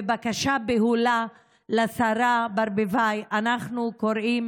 בבקשה בהולה לשרה ברביבאי: אנחנו קוראים